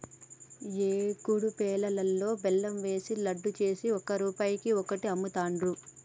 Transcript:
ఏకుడు పేలాలల్లా బెల్లం ఏషి లడ్డు చేసి ఒక్క రూపాయికి ఒక్కటి అమ్ముతాండ్రు